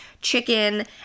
chicken